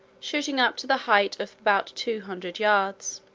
shooting up to the height of about two hundred yards.